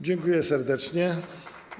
Dziękuję serdecznie.